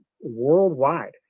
worldwide